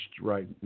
right